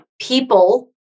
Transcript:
people